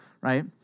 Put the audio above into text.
Right